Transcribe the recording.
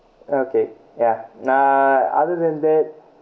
okay ya uh other than that